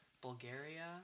Bulgaria